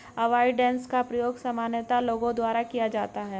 avoidance का प्रयोग सामान्यतः लोगों द्वारा किया जाता है